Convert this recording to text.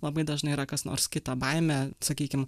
labai dažnai yra kas nors kita baimė sakykim